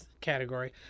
category